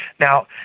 now,